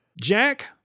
Jack